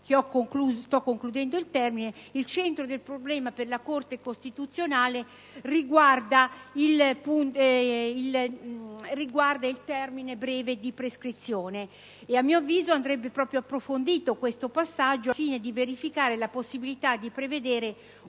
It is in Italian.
aiuti illegittimi. In realtà, il centro del problema per la Corte costituzionale riguarda il termine breve di prescrizione. A mio avviso, andrebbe approfondito questo passaggio al fine di verificare la possibilità di prevedere